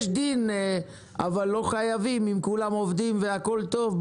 יש דין אבל לא חייבים אם כולם עובדים והכל טוב,